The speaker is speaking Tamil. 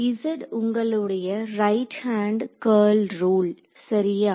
z உங்களுடைய ரைட் ஹேண்ட் கர்ல் ரூல் சரியா